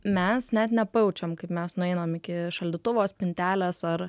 mes net nepajaučiam kaip mes nueinam iki šaldytuvo spintelės ar